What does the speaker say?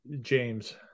James